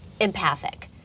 empathic